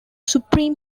supreme